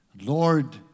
Lord